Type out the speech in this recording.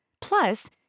Plus